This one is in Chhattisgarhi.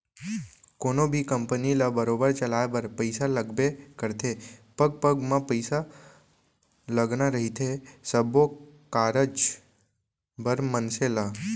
कोनो भी कंपनी ल बरोबर चलाय बर पइसा लगबे करथे पग पग म पइसा लगना रहिथे सब्बो कारज बर मनसे ल